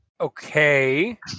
Okay